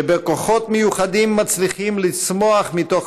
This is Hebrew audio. שבכוחות מיוחדים מצליחים לצמוח מתוך